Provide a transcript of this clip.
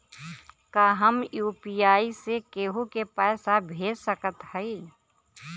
का हम यू.पी.आई से केहू के पैसा भेज सकत हई?